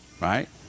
Right